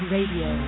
Radio